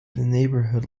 neighbourhood